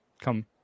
come